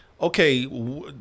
okay